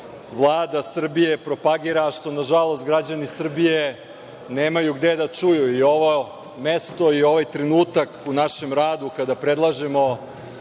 Vlada Srbije propagira, a što na žalost građani Srbije nemaju gde da čuju. Ovo mesto i ovaj trenutak u našem radu, kada predlažemo